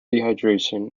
dehydration